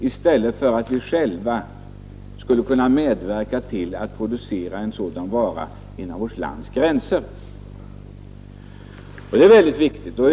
I stället skulle vi själva kunna medverka till att producera en sådan vara inom vårt lands gränser. Det är ytterst viktigt.